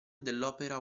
dell’opera